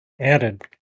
Added